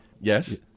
Yes